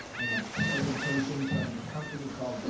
and the presentation from the company called